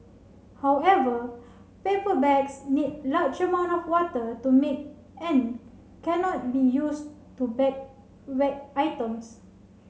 however paper bags need large amount of water to make end cannot be used to bag wet items